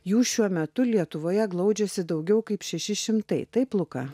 jų šiuo metu lietuvoje glaudžiasi daugiau kaip šeši šimtai taip luka